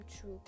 true